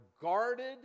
guarded